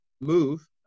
move